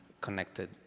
connected